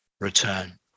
return